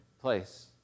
place